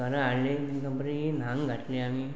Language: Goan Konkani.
घरा हाडले तिका बरी न्हावंक घातली आमी